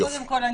קודם כל,